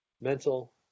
mental